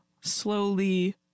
slowly